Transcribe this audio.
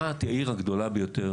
רהט היא העיר הערבית הגדולה ביותר,